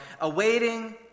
awaiting